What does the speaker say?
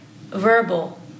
verbal